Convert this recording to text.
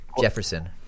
Jefferson